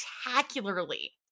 spectacularly